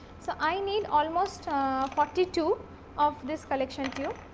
so, i need almost forty two of this collection tube.